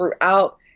throughout